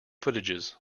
footages